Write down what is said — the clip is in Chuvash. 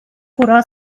хура